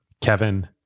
Kevin